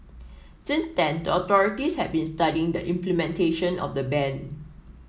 since then the authorities had been studying the implementation of the ban